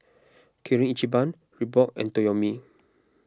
Kirin Ichiban Reebok and Toyomi